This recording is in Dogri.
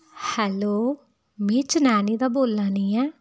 हैल्लो में चनैनी दा बोल्लै नी आं